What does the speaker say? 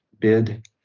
bid